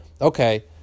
okay